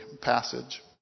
passage